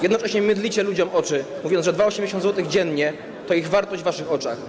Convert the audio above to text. Jednocześnie mydlicie ludziom oczy, mówiąc, że 2,80 zł dziennie to ich wartość w waszych oczach.